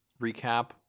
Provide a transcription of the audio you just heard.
recap